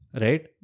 Right